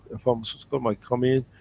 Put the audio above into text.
a pharmaceutical might come in,